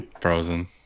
frozen